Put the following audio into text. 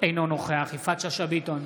אינו נוכח יפעת שאשא ביטון,